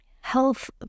health